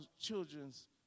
children's